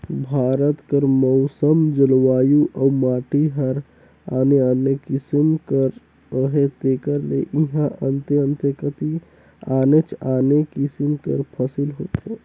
भारत कर मउसम, जलवायु अउ माटी हर आने आने किसिम कर अहे तेकर ले इहां अन्ते अन्ते कती आनेच आने किसिम कर फसिल होथे